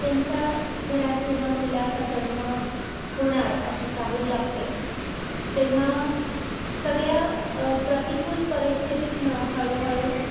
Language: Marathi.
त्यांच्या घरात जेव्हा मुलाचा जन्म होणार अशी चाहूल लागते तेव्हा सगळ्या प्रतिकूल परिस्थितीतनं हळूहळू